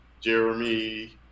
Jeremy